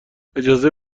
اجازه